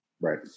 Right